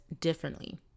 differently